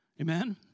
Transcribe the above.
Amen